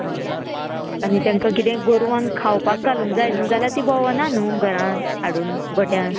हय आनी तांकां किदें गोरवांक खावपाक घालूंक जाय न्हू जाल्यार तीं भोंवना न्हू घरान हाडून गोट्यान